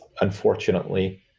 unfortunately